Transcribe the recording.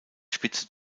spitze